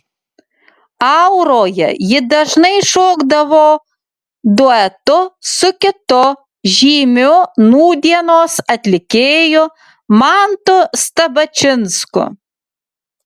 auroje ji dažnai šokdavo duetu su kitu žymiu nūdienos atlikėju mantu stabačinsku